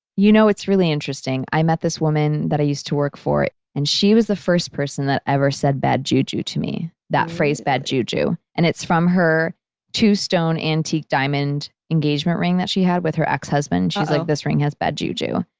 you know, it's really interesting. i met this woman that i used to work for and she was the first person that ever said bad juju to me. that phrase bad juju and it's from her two-stone antique diamond engagement ring that she had with her ex-husband. she was like, this ring has bad juju.